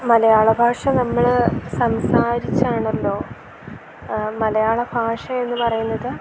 മലയാളഭാഷ നമ്മൾ സംസാരിച്ചാണല്ലോ മലയാളഭാഷ എന്ന് പറയുന്നത്